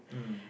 mm